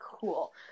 cool